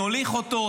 נוליך אותו.